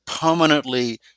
permanently